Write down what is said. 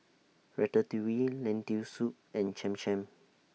Ratatouille Lentil Soup and Cham Cham